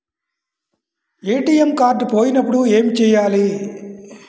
ATM card పోయినప్పుడు ఏమి చేయాలి?